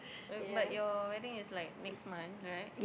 but your wedding is like next month right